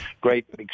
great